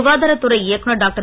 சுகாதாரத் துறை இயக்குனர் டாக்டர்